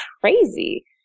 crazy